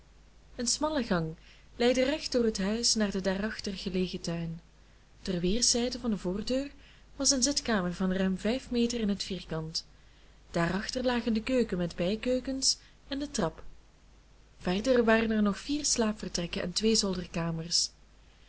een smalle gang leidde recht door het huis naar den daarachter gelegen tuin ter weerszijden van de voordeur was een zitkamer van ruim vijf meter in het vierkant daarachter lagen de keuken met bijkeukens en de trap verder waren er nog vier slaapvertrekken en twee zolderkamers